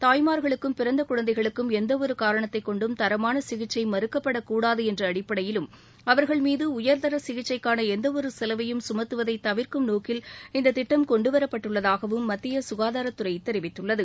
தாய்மார்களுக்கும் பிறந்த குழந்தைகளுக்கும் எந்த ஒரு காரணத்தை கொண்டும் தரமான சிகிச்சை மறுக்கப்படக்கூடாது என்ற அடிப்படையிலும் அவர்கள் மீது உயர்தர சிகிச்சைக்கான எந்த ஒரு செலவையும் சுமத்துவதை தவிர்க்கும் நோக்கில் இந்த திட்டம் கொண்டுவரப்பட்டுள்ளதாகவும் மத்திய சுகாதாரத்துறை தெரிவித்துள்ளது